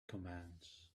commands